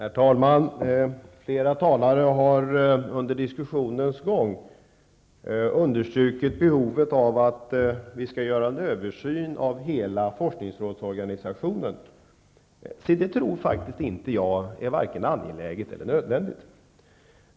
Herr talman! Flera talare har under diskussionens gång understrukit behovet av att det görs en översyn av hela forskningsrådsorganisationen. Jag tror faktiskt inte att det är vare sig angeläget eller nödvändigt.